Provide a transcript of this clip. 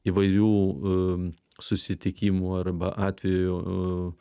įvairių susitikimų arba atvejų